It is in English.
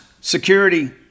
Security